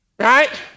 Right